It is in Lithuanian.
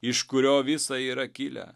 iš kurio visa yra kilę